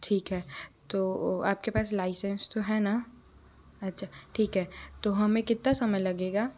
ठीक है तो आपके पास लाइसेंस लाइसेंस तो है ना अच्छा ठीक है तो हमें कितना समय लगेगा